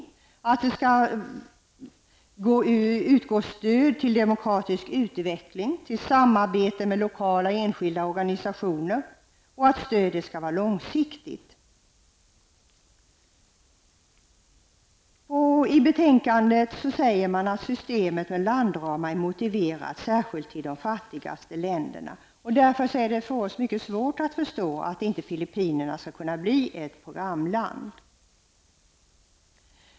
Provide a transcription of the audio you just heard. Dessutom vill vi att stöd skall utgå till gagn för en demokratisk utveckling samt för samarbetet med lokala och enskilda organisationer. Dessutom tycker vi att stödet skall vara långsiktigt. I betänkandet säger man också att systemet med landramar är motiverad särskilt i fråga om de fattigaste länderna. Mot den bakgrunden är det mycket svårt för oss att inse varför Filippinerna inte skulle kunna bli ett programland.